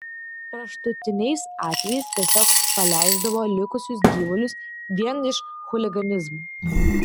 kraštutiniais atvejais tiesiog paleisdavo likusius gyvulius vien iš chuliganizmo